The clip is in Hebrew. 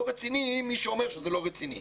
לא רציני מי שאומר שזה לא רציני.